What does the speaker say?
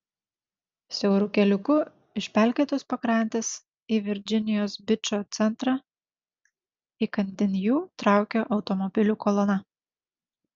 siauru keliuku iš pelkėtos pakrantės į virdžinijos bičo centrą įkandin jų traukė automobilių kolona